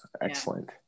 Excellent